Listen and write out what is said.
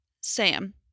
Sam